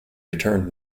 returned